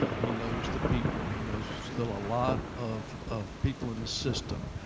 he knows the people. he knows still a lot of of people in the system.